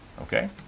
Okay